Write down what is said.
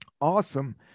awesome